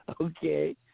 Okay